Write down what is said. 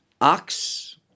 ox